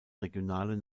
regionalen